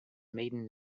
maiden